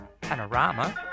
Panorama